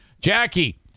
Jackie